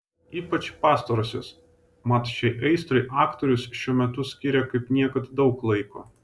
ypač pastarosios mat šiai aistrai aktorius šiuo metu skiria kaip niekad daug laiko